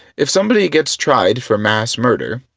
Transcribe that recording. if somebody gets tried for mass murder,